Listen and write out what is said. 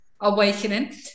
awakening